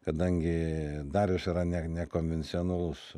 kadangi darius yra ne nekonvencionalus